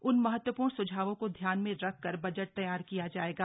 उन महत्वपूर्ण स्झावों को ध्यान में रखकर बजट तैयार किया जायेगा